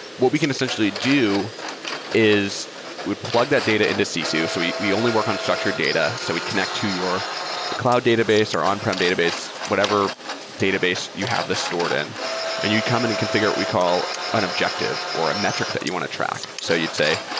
what we can essentially do is we'd plug that data into sisu. so we we only work on structured data, so we'd connect to your cloud database or on-prem database, whatever database you have this stored in and you'd come in and confi gure what we call an objective or a metric that you want to track. so you'd say,